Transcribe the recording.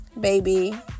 baby